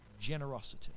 generosity